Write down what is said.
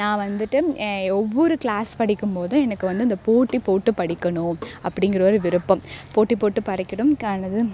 நான் வந்துட்டு ஒவ்வொரு க்ளாஸ் படிக்கும் போது எனக்கு வந்து இந்த போட்டி போட்டு படிக்கணும் அப்படிங்கற ஒரு விருப்பம் போட்டி போட்டு படிக்கணும் கனவு